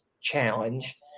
challenge